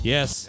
Yes